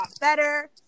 better